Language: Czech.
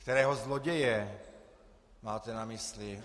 Kterého zloděje máte na mysli?